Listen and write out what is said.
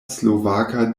slovaka